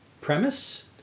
Premise